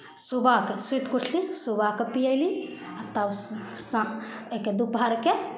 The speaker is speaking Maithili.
सुबहके सूति कऽ उठली सुबहके पियैली आ तब श शा एहिके दुपहरके